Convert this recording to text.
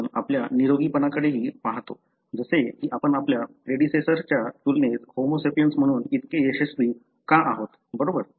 आपण आपल्या निरोगीपणाकडेही पाहतो जसे की आपण आपल्या प्रेडिसेसॉरच्या तुलनेत होमो सेपियन्स म्हणून इतके यशस्वी का आहोत बरोबर